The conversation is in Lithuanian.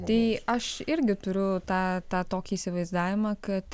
tai aš irgi turiu tą tą tokį įsivaizdavimą kad